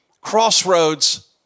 crossroads